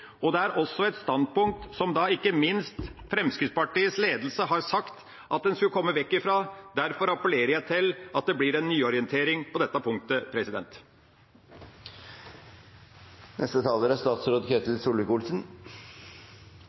og det er også et standpunkt som ikke minst Fremskrittspartiets ledelse har sagt at en skulle komme vekk fra. Derfor appellerer jeg til at det blir en nyorientering på dette punktet. Jeg er veldig glad for de vedtak som Stortinget nå gjør. Det er